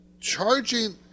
charging